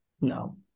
No